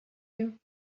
you